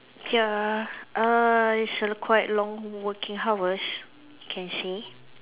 ya uh it's a quite long working hours can see